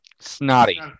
Snotty